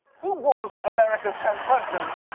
who was america's tenth president?